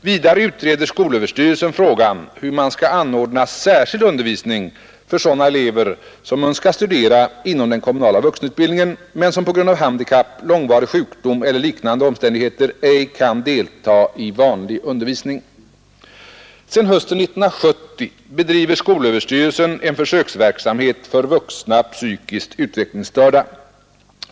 Vidare utreder skolöverstyrelsen frågan hur man skall anordna särskild undervisning för sådana elever som önskar studera inom den kommunala vuxenutbildningen men som på grund av handikapp, långvarig sjukdom eller liknande omständigheter ej kan delta i vanlig undervisning. Sedan höstterminen 1970 bedriver skolöverstyrelsen en försöksverksamhet för vuxna psykiskt utvecklingsstörda.